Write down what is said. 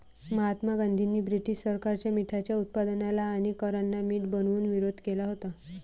महात्मा गांधींनी ब्रिटीश सरकारच्या मिठाच्या उत्पादनाला आणि करांना मीठ बनवून विरोध केला होता